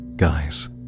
Guys